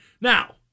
Now